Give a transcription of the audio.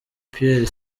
pierre